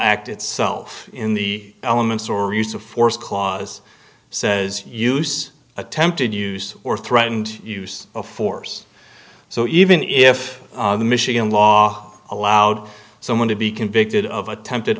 act itself in the elements or use of force clause says use attempted use or threatened use of force so even if the michigan law allowed someone to be convicted of attempted